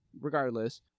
regardless